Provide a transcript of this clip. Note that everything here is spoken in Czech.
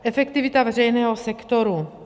Efektivita veřejného sektoru.